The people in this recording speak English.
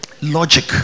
Logic